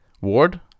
ward